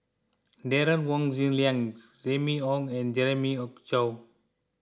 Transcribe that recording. Derek Wong Zi Liang Remy Ong and Jeremiah Choy